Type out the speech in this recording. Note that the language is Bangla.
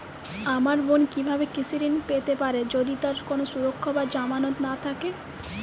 আমার বোন কীভাবে কৃষি ঋণ পেতে পারে যদি তার কোনো সুরক্ষা বা জামানত না থাকে?